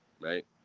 right